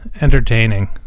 entertaining